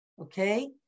okay